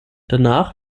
danach